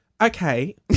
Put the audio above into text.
okay